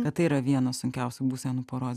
kad tai yra vienas sunkiausių būsenų poros